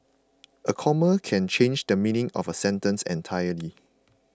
a comma can change the meaning of a sentence entirely